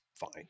fine